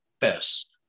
best